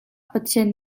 pathian